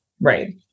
right